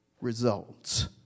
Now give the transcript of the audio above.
results